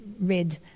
red